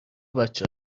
بچه